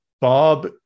bob